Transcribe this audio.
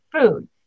food